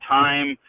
time